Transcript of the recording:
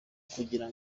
kugira